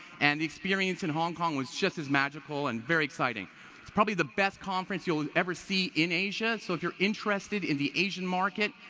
and the experience in hong kong was just as magical, and very exciting. it's probably the best conference you'll ever see in asia, so if you're interested in the asian market,